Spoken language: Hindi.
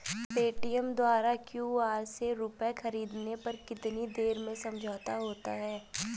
पेटीएम द्वारा क्यू.आर से रूपए ख़रीदने पर कितनी देर में समझौता होता है?